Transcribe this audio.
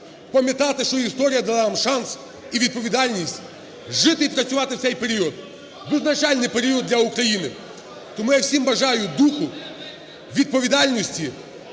пам'ятати, що історія дала нам шанс і відповідальність жити і працювати в цей період – визначальний період для України. Тому я всім бажаю духу, відповідальності.